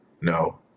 No